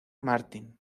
martin